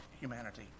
humanity